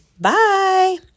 Bye